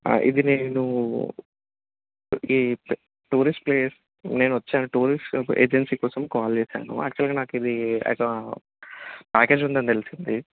ఇది నేను ఈ టూరిస్ట్ ప్లేస్ నేను వచ్చాను టూరిస్ట్ ఏజెన్సీ కోసం కాల్ చేశాను యాక్చువల్గా నాకు ఇది ప్యాకేజ్ ఉందని తెలిసింది